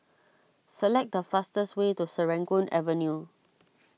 select the fastest way to Serangoon Avenue